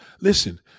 Listen